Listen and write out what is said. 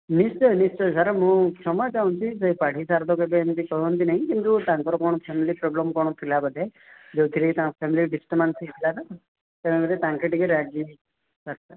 ନିଶ୍ଚୟ ନିଶ୍ଚୟ ସାର୍ ମୁଁ କ୍ଷମା ଚାହୁଁଛି ଯେ ପାଢ଼ୀ ସାର୍ ତ ଏମିତି କେବେ କରନ୍ତି ନାହିଁ କିନ୍ତୁ ତାଙ୍କର କଣ ଫ୍ୟାମିଲି ପ୍ରୋବ୍ଲେମ୍ କ'ଣ ଥିଲା ବୋଧେ ଯେଉଁଥିରେ ତାଙ୍କ ଫ୍ୟାମିଲି ଡିଷ୍ଟ୍ରବାନ୍ସ ଥିଲା ତ ତାଙ୍କେ ଟିକେ